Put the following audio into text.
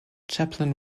chaplin